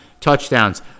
touchdowns